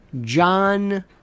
John